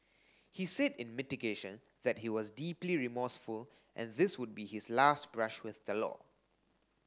he said in mitigation that he was deeply remorseful and this would be his last brush with the law